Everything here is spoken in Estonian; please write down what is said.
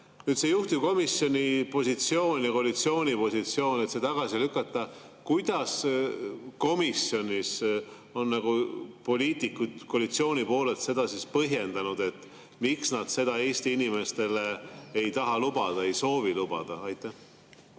päevast. Juhtivkomisjoni positsioon ja koalitsiooni positsioon on, et see tagasi lükata. Kuidas komisjonis on poliitikud koalitsiooni poolelt seda põhjendanud, miks nad seda Eesti inimestele ei taha lubada, ei soovi lubada? Aitäh,